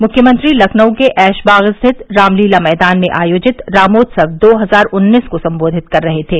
मुख्यमंत्री लखनऊ के ऐशबाग स्थित रामतीला मैदान में आयोजित रामोत्सव दो हजार उन्नीस को सम्बोषित कर रहे थे